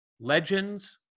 legends